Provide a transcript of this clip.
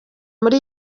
muri